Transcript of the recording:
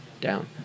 down